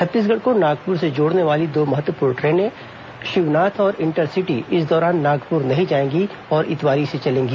छत्तीसगढ़ को नागपुर से जोड़ने वाली दो महत्वपूर्ण ट्रेनें शिवनाथ और इंटरसिटी इस दौरान नागपुर नहीं जाएंगी और इतवारी से चलेंगी